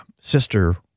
sister